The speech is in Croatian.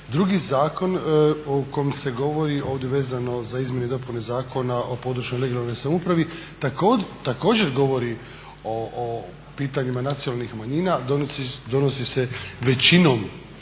drugi zakon o kojem se govori ovdje vezano za izmjene i dopune Zakona o područnoj i regionalnoj samoupravi također govori o pitanjima nacionalnih manjina. Donosi se većinom